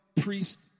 priest